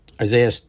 Isaiah